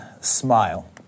smile